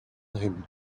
him